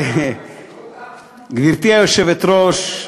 גברתי היושבת-ראש,